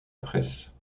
presse